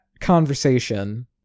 conversation